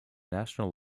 national